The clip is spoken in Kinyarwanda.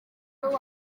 wowe